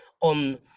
on